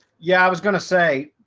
yeah, i was gonna say,